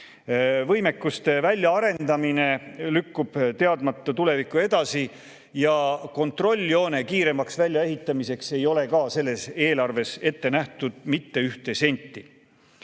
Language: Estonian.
Võimekuste väljaarendamine lükkub edasi teadmata tulevikku ja ka kontrolljoone kiiremaks väljaehitamiseks ei ole selles eelarves ette nähtud mitte ühte